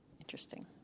Interesting